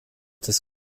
das